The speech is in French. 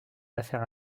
affaires